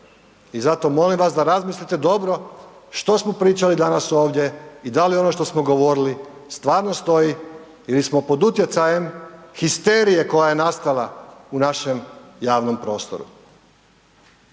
I zato molim vas da razmislite dobro što smo pričali danas ovdje i da li ono što smo govorili stvarno stoji ili smo pod utjecajem histerije koja je nastala u našem javnom prostoru.